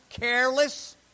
careless